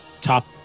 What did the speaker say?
top